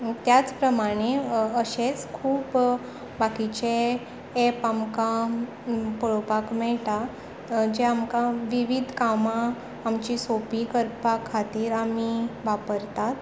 त्याच प्रमाणे अशेच खूब बाकीचे एप आमकां पळोवपाक मेळटा जे आमकां विवीद कामां आमचीं सोंपी करपाक खातीर आमी वापरतात